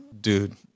Dude